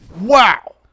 Wow